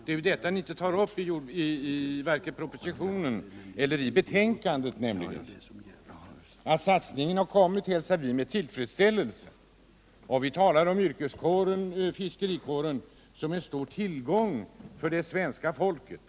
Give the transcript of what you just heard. De problemen tar ni inte upp vare sig i propositionen eller i betänkandet. Att satsningen har kommit hälsar vi med tillfredsställelse, och vi talar om fiskarkåren som en stor ullgång för det svenska folket.